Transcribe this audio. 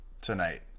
tonight